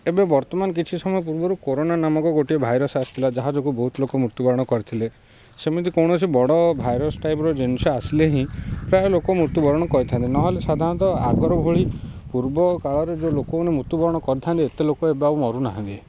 ଏବେ ବର୍ତ୍ତମାନ କିଛି ସମୟ ପୂର୍ବରୁ କୋରୋନା ନାମକ ଗୋଟିଏ ଭାଇରସ୍ ଆସିଥିଲା ଯାହା ଯୋଗୁଁ ବହୁତ ଲୋକ ମୃତ୍ୟୁବରଣ କରିଥିଲେ ସେମିତି କୌଣସି ବଡ଼ ଭାଇରସ୍ ଟାଇପ୍ର ଜିନିଷ ଆସିଲେ ହିଁ ପ୍ରାୟ ଲୋକ ମୃତ୍ୟୁବରଣ କରିଥାନ୍ତି ନହେଲେ ସାଧାରଣତଃ ଆଗର ଭଳି ପୂର୍ବକାଳରେ ଯେଉଁ ଲୋକମାନେ ମୃତ୍ୟୁବରଣ କରିଥାନ୍ତି ଏତେ ଲୋକ ଏବେ ଆଉ ମରୁନାହାନ୍ତି